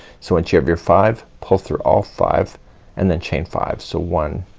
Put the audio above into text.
so once you have your five pull through all five and then chain five. so one,